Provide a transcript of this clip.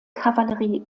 kavallerie